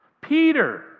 Peter